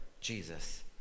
Jesus